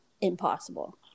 impossible